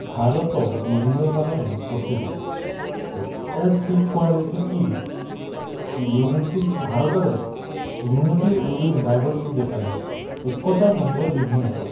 ଭାରତ ବିବିଧତା ପାଇଁ ପ୍ରସିଦ୍ଧ ଏଇଟା ଠିକ କୁହାଯାଇଛି କି ଯୁନିଟି ଭାରତରେ ଯୁନିଟି ଉଇଦିନ ଡ଼ାଈଭରସିଟି ଦେଖାଯାଏ ଏକତା ମଧ୍ୟରେ ବିଭିନ୍ନତା